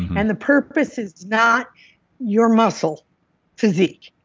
and the purpose is not your muscle physique.